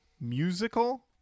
musical